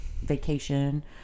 Vacation